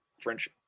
French